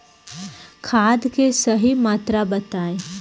खाद के सही मात्रा बताई?